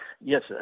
Yes